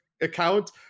account